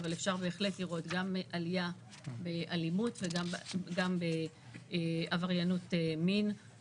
אבל אפשר בהחלט לראות גם עלייה באלימות וגם בעבריינות מין.